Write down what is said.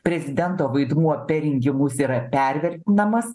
prezidento vaidmuo per rinkimus yra pervertinamas